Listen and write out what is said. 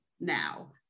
now